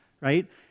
right